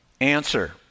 Answer